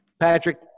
Patrick